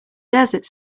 desert